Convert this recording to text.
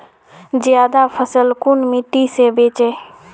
ज्यादा फसल कुन मिट्टी से बेचे?